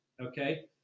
okay